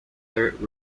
dirt